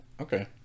Okay